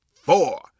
four